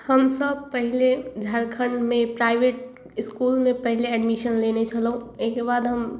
हमसभ पहिले झारखण्डमे प्राइवेट इसकुलमे पहिले एडमिशन लेने छलहुँ ओहिके बाद हम